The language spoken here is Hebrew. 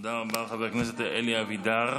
תודה רבה, חבר הכנסת אלי אבידר.